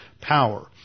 power